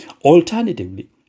Alternatively